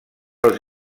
els